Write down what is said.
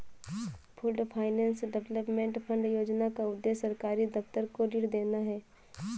pooled finance development fund योजना का उद्देश्य सरकारी दफ्तर को ऋण देना है